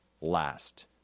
last